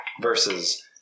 versus